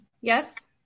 yes